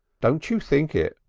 don't you think it.